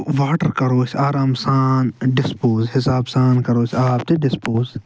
water کَرو أسۍ آرام سان ڈِسپوز حسابہٕ سان کَرو أسۍ آب تہِ ڈِسپوز